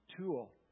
tool